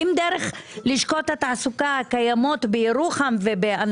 האם דרך לשכות התעסוקה הקיימות בירוחם ובאני